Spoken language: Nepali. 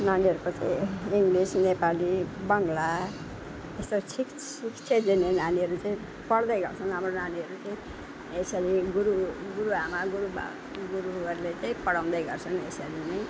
नानीहरूको त्यही हो इङ्लिस नेपाली बाङ्ग्ला यसरी शिक्ष शिक्षा दिने नानीहरू चाहिँ पढ्दै गर्छन् अब नानीहरूले यसरी गुरु गुरुआमा गुरुबा गुरुहरूले चाहिँ पढाउँदै गर्छन् यसरी नै